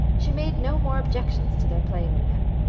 she made no more objections to their playing with him.